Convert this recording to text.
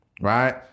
Right